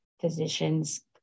physicians